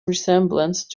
resemblance